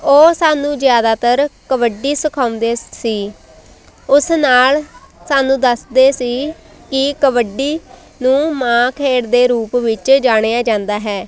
ਉਹ ਸਾਨੂੰ ਜ਼ਿਆਦਾਤਰ ਕਬੱਡੀ ਸਿਖਾਉਂਦੇ ਸੀ ਉਸ ਨਾਲ ਸਾਨੂੰ ਦੱਸਦੇ ਸੀ ਕਿ ਕਬੱਡੀ ਨੂੰ ਮਾਂ ਖੇਡ ਦੇ ਰੂਪ ਵਿੱਚ ਜਾਣਿਆ ਜਾਂਦਾ ਹੈ